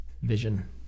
vision